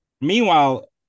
Meanwhile